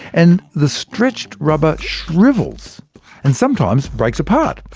and the stretched rubber shrivels and sometimes breaks apart.